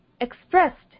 expressed